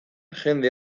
jende